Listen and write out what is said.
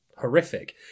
horrific